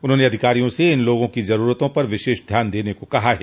उन्होंने अधिकारियों से इन लोगों की जरूरतों पर विशेष ध्यान देने को कहा है